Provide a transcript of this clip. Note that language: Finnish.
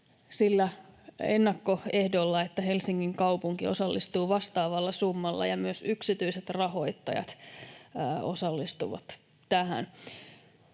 sillä ennakkoehdolla, että Helsingin kaupunki osallistuu vastaavalla summalla ja myös yksityiset rahoittajat osallistuvat tähän.